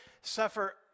suffer